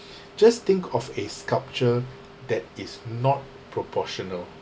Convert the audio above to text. just think of a sculpture that is not proportional